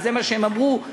זה מה שהם אמרו,